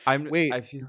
Wait